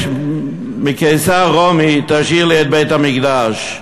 מקיסר רומי: תשאיר לי את בית-המקדש,